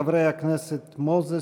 חברי הכנסת מוזס,